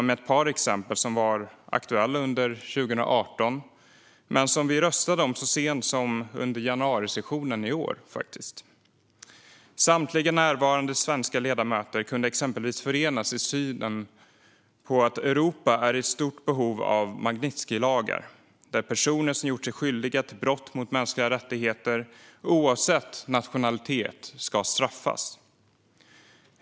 Ett par exempel var aktuella under 2018, men vi röstade om dem så sent som under januarisessionen i år. Samtliga närvarande svenska ledamöter kunde exempelvis förenas i synen på att Europa är i stort behov av en Magnitskijlag som innebär att personer som har gjort sig skyldiga till brott mot mänskliga rättigheter ska straffas - oavsett nationalitet.